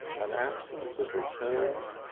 an absence of returns,